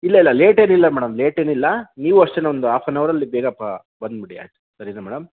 ಇಲ್ಲ ಇಲ್ಲ ಲೇಟೇನಿಲ್ಲ ಮೇಡಮ್ ಲೇಟೇನಿಲ್ಲ ನೀವೂ ಅಷ್ಟೇ ಒಂದು ಹಾಫ್ ಎನ್ ಅವರಲ್ಲಿ ಬೇಗ ಬ ಬಂದುಬಿಡಿ ಸರಿಯಾ ಮೇಡಮ್